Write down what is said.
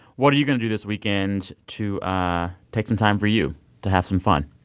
what are you going to do this weekend to take some time for you to have some fun?